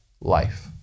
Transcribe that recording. life